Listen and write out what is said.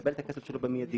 זה בסדר.